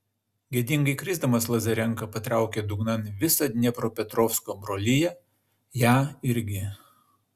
gėdingai krisdamas lazarenka patraukė dugnan visą dniepropetrovsko broliją ją irgi